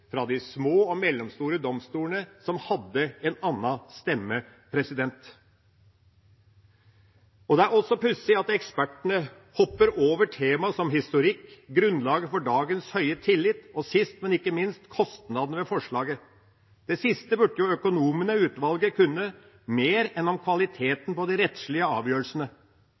fra de små og mellomstore domstolene som hadde en annen stemme. Det er også pussig at ekspertene hopper over tema som historikk, grunnlaget for dagens høye tillit og – sist, men ikke minst – kostnadene ved forslaget. Det siste burde jo økonomene i utvalget kunne mer om enn om kvaliteten på de rettslige avgjørelsene.